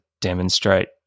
demonstrate